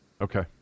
Okay